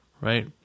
right